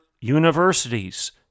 universities